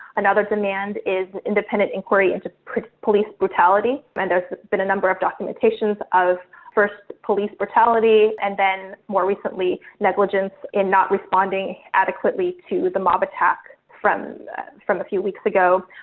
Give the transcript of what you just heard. another demand is independent inquiry into police brutality. and there's been a number of documentations of first police brutality and then more recently, negligence in not responding adequately to the mob attack from from a few weeks ago.